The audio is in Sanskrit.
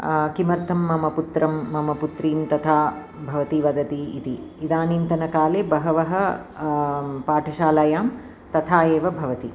किमर्थं मम पुत्रं मम पुत्रीं तथा भवती वदति इति इदानीन्तनकाले बहवः पाठशालायां तथा एव भवति